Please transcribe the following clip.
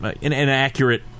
inaccurate